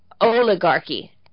oligarchy